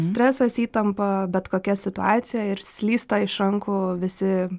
stresas įtampa bet kokia situacija ir slysta iš rankų visi